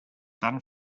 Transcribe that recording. dann